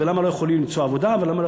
למה לא יכולים למצוא עבודה ולמה הם לא